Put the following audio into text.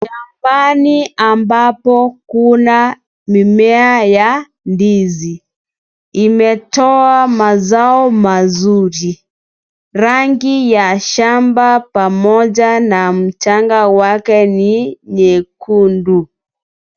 Shambani ambapo kuna mimea ya ndizi, imetoa mazao mazuri, rangi ya shamba pamoja na mchanga wake ni nyekundu.